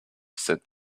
said